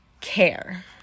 care